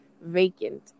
vacant